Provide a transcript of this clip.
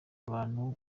abantu